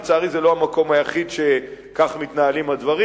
לצערי, זה לא המקום היחיד שכך מתנהלים הדברים.